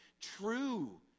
true